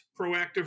proactive